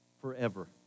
forever